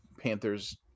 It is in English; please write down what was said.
panthers